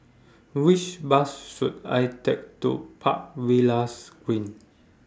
Which Bus should I Take to Park Villas Green